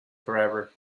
forever